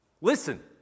listen